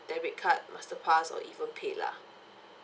debit card master pass or even PayLah